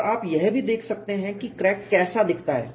और आप यह भी देख सकते हैं कि क्रैक कैसा दिखता है